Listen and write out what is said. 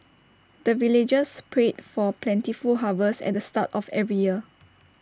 the villagers pray for plentiful harvest at the start of every year